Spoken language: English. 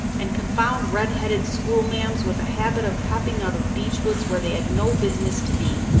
and confound redheaded school-ma'ams with a habit of popping out of beechwoods where they had no business to be.